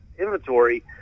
inventory